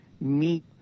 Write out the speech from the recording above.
meet